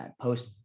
post